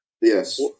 Yes